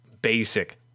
Basic